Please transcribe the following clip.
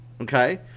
okay